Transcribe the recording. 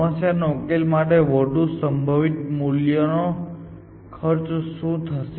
સમસ્યાના ઉકેલ માટે વધુ સંભવિત મૂલ્યનો ખર્ચ શું થશે